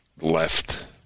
left